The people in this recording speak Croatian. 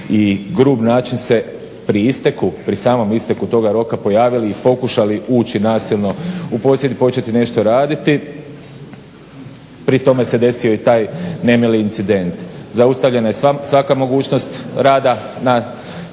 grub način se pri isteku, pri samom isteku toga roka pojavili i pokušali ući nasilno u posjed i početi nešto raditi. Pri tome se desio i taj nemili incident. Zaustavljeno je svaka mogućnost rada na